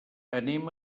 anem